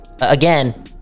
again